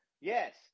Yes